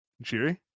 Jerry